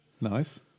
nice